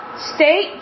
State